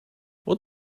what